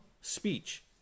speech